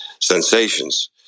sensations